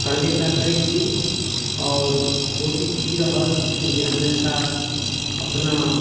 करबेटा करै छी आओर कोशिश ई रहल जे हमेशा अपना